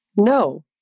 No